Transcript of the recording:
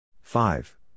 Five